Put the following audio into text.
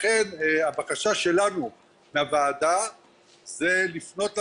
לכן הבקשה שלנו מהוועדה זה לפנות לממשלה,